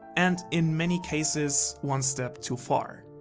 and in many cases one step too far.